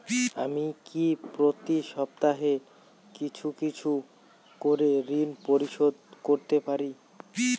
আমি কি প্রতি সপ্তাহে কিছু কিছু করে ঋন পরিশোধ করতে পারি?